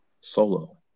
Solo